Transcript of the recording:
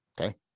Okay